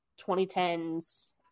2010s